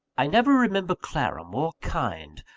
i never remember clara more kind,